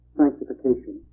sanctification